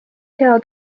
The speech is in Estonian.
hea